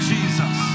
Jesus